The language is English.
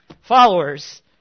followers